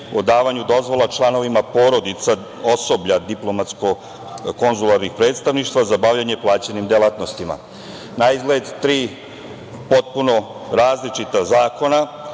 o davanju dozvola članovima porodica osoblja diplomatsko-konzularnih predstavništva za bavljenje plaćenim delatnostima. Naizgled tri potpuno različita zakona,